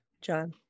John